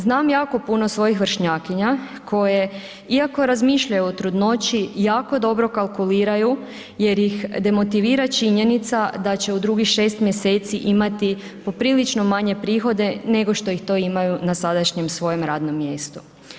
Znam jako puno svojih vršnjakinja koje iako razmišljaju o trudnoći, jako dobro kalkuliraju jer ih demotivira činjenica da će u drugih 6 mj. imati poprilično manje prihode nego što ih to imaju na sadašnjem svojem radnom mjestu.